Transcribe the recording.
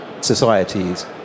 societies